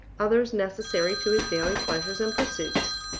others necessary to his daily pleasures and pursuits,